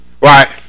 right